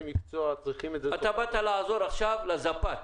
באת לעזור עכשיו לזפת.